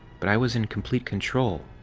but i was in complete control.